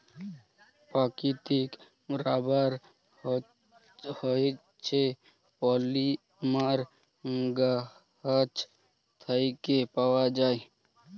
পাকিতিক রাবার হছে পলিমার গাহাচ থ্যাইকে পাউয়া যায়